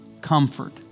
Comfort